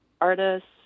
artists